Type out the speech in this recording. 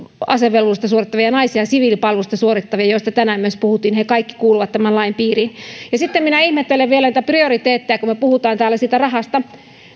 asevelvollisuutta suorittavia naisia siviilipalvelusta suorittavia joista tänään myös puhuttiin he kaikki kuuluvat tämän lain piiriin ja sitten minä ihmettelen vielä niitä prioriteetteja kun me puhumme täällä siitä rahasta